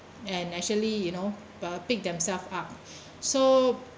and naturally you know uh pick themselves up so